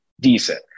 decent